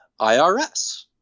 IRS